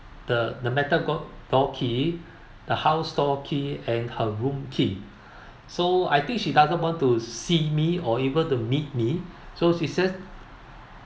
the the metal god door key the house door key and her room key so I think she doesn't want to see me or able to meet me so she just